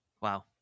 Wow